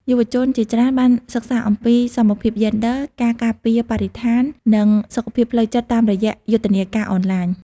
យុវជនជាច្រើនបានសិក្សាអំពីសមភាពយេនឌ័រ ការការពារបរិស្ថាន និងសុខភាពផ្លូវចិត្តតាមរយៈយុទ្ធនាការអនឡាញ។